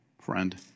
friend